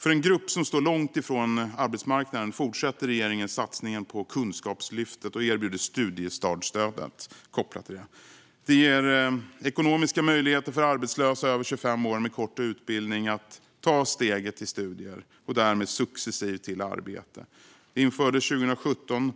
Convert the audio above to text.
För en grupp som står långt ifrån arbetsmarknaden fortsätter regeringen satsningen på Kunskapslyftet och erbjuder studiestartsstödet kopplat till detta. Det ger ekonomiska möjligheter för arbetslösa över 25 år med kort utbildning att ta steget till studier och därmed successivt till arbete. Detta infördes 2017.